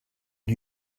who